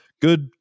good